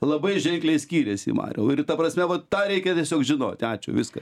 labai ženkliai skyrėsi mariau ir ta prasme vat tą reikia tiesiog žinoti ačiū viskas